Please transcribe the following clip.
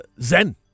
Zen